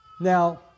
Now